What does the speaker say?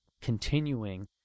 continuing